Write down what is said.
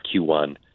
Q1